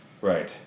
Right